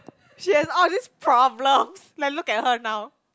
she has all these problems like look at her now